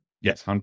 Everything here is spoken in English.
yes